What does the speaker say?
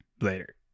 later